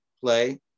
play